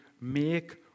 make